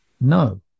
No